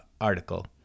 article